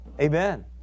Amen